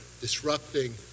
disrupting